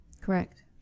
Correct